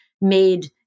made